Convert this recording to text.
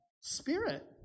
spirit